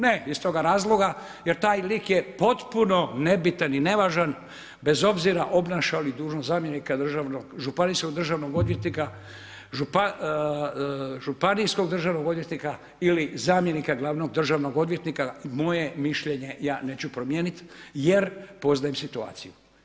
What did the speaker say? Ne iz toga razloga jer taj lik je potpuno nebitan i nevažan bez obzira obnaša li dužnost zamjenika državnog, županijskog državnog odvjetnika, županijskog državnog odvjetnika ili zamjenika glavnog državnog odvjetnika, moje mišljenje ja neću promijeniti jer poznajem situaciju.